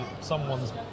someone's